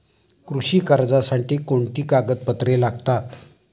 कृषी कर्जासाठी कोणती कागदपत्रे लागतात?